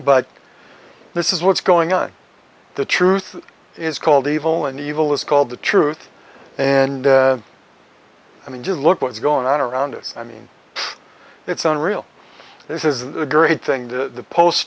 but this is what's going on the truth is called evil and evil is called the truth and i mean just look what's going on around us i mean it's unreal this is a great thing to